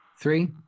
three